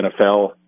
NFL